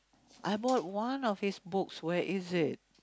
I bought one of his books where is it